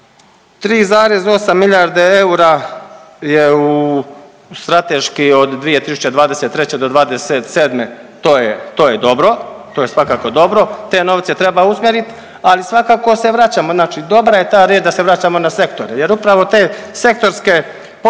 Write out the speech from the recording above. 3,8 miljarde eura je strateški od 2023.-2027. to je dobro, to je svakako dobro, te novce treba usmjerit, ali svakako se vraćamo znači dobra je ta riječ da se vraćamo na sektore jer upravo te sektorske politike